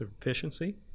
efficiency